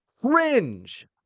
Cringe